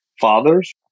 fathers